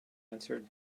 answered